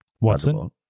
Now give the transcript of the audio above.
Watson